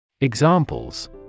Examples